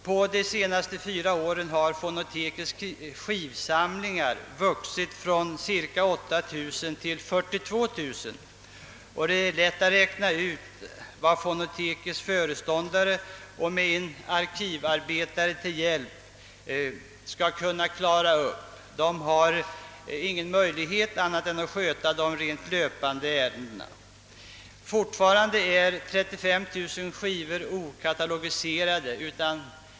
På de senaste fyra åren har fonotekets skivsamlingar vuxit från omkring 8 000 till ungefär 42 000, och det är lätt att räkna ut vad fonotekets föreståndare med en arkivarbetares hjälp kan klara av: de har inte möjlighet att hinna med något annat än de rena löpande ärendena. Alltjämt är 35 000 skivor okatalogiserade.